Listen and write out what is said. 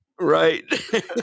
right